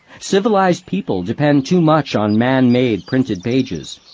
civilized people depend too much on man-made printed pages.